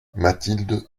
mathilde